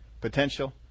potential